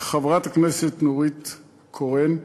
חברת הכנסת נורית קורן.